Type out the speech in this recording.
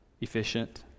efficient